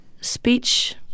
speech